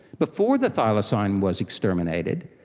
before the thylacine was exterminated,